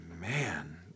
man